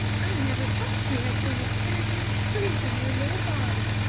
i never thought you had so much energy and strength in your little body,